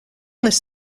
this